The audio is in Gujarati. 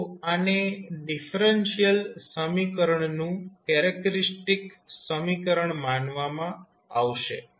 તો આને ડિફરેન્શિયલ સમીકરણનું કેરેક્ટરીસ્ટિક સમીકરણ માનવામાં આવશે